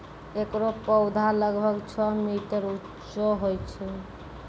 एकरो पौधा लगभग छो मीटर उच्चो होय छै